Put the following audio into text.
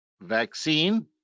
vaccine